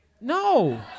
No